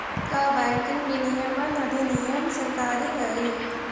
का बैंकिंग विनियमन अधिनियम सरकारी हई?